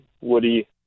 woody